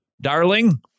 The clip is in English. darling